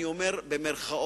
אני אומר במירכאות,